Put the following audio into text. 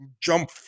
jump